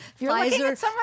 Pfizer